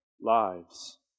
lives